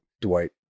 Dwight